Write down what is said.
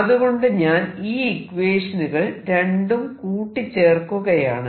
അതുകൊണ്ട് ഞാൻ ഈ ഇക്വേഷനുകൾ രണ്ടും കൂട്ടി ചേർക്കുകയാണ്